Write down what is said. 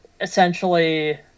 essentially